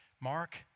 Mark